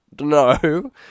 no